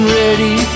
ready